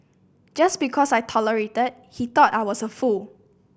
just because I tolerated he thought I was a fool